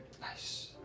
Nice